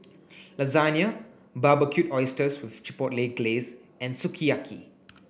Lasagna Barbecued Oysters with Chipotle Glaze and Sukiyaki